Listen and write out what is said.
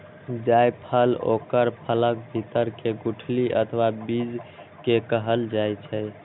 जायफल ओकर फलक भीतर के गुठली अथवा बीज कें कहल जाइ छै